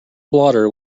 blotter